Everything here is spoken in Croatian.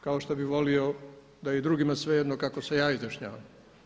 Kao što bih volio da je i drugima svejedno kako se ja izjašnjavam.